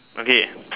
okay